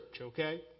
Okay